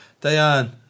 Diane